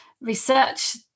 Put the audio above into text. research